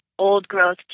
old-growth